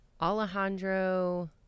Alejandro